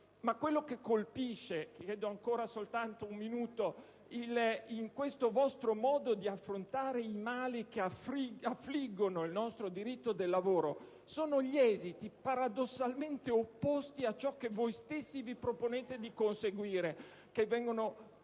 Ma quello che colpisce, in questo vostro modo di affrontare i mali che affliggono il nostro diritto del lavoro, sono gli esiti paradossalmente opposti a ciò che voi stessi vi proponete di conseguire, prodotti